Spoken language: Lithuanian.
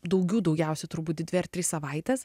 daugių daugiausia turbūt dvi ar trys savaitės